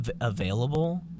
available